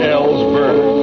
Ellsberg